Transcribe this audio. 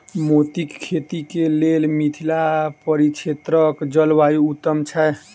मोतीक खेती केँ लेल मिथिला परिक्षेत्रक जलवायु उत्तम छै?